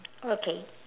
okay